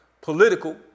political